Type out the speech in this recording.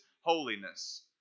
holiness